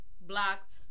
Blocked